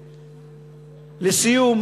לסיום,